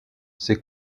ses